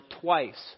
twice